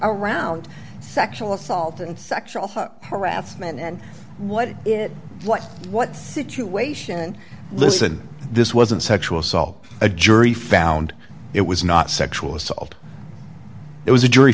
around sexual assault and sexual harassment then what it what what situation listen this wasn't sexual assault a jury found it was not sexual assault it was a jury